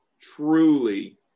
truly